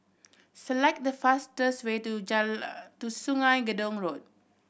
select the fastest way to to Sungei Gedong Road